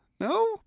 No